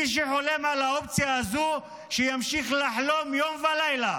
מי שחולם על האופציה הזו, שימשיך לחלום יום ולילה.